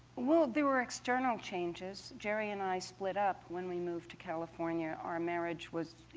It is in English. well, there were external changes. gerry and i split up when we moved to california. our marriage was